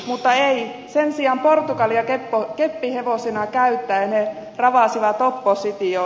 mutta ei sen sijaan portugalia keppihevosena käyttäen he ravasivat oppositioon